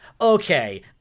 okay